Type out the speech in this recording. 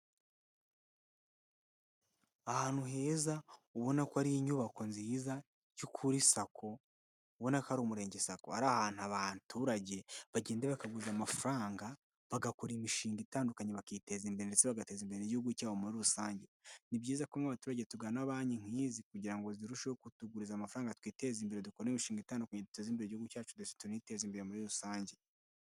Ahantu heza ubona ko ari inyubako nziza yo kuri Sacco, ubona ko ari umurenge sacco, ari ahantu abaturage bagenda bakaguza amafaranga bagakora imishinga itandukanye bakiteza imbere ndetse bagateza imbere igihugu cyabo muri rusange. Ni byiza kun abaturage tugana banki nk'izi kugira ngo zirusheho kutuguriza amafaranga twiteza imbere dukore imishinga itandukanye duteze imbere igihugu cyacu ndetsese tuniteza imbere muri rusange.